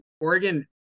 Oregon